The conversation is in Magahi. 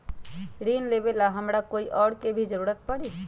ऋन लेबेला हमरा कोई और के भी जरूरत परी?